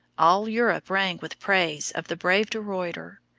all europe rang with praise of the brave de ruyter.